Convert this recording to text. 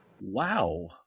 Wow